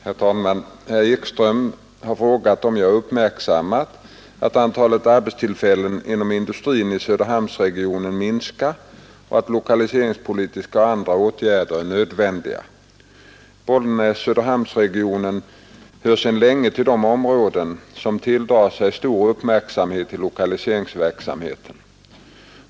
Herr talman! Herr Ekström har frågat om jag uppmärksammat att antalet arbetstillfällen inom industrin i Söderhamnsregionen minskar och att lokaliseringspolitiska och andra ätgärder är nödvändiga. Bollnäs—-Söderhamnsregionen hör sedan länge till de områden som tilldrar sig stor uppmärksamhet i lokaliseringsverksamheten.